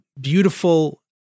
beautiful